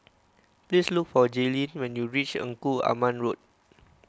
please look for Jailyn when you reach Engku Aman Road